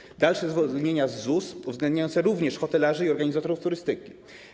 Ważne są dalsze zwolnienia z ZUS-u uwzględniające również hotelarzy i organizatorów turystyki.